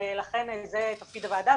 לכן זה תפקיד הוועדה,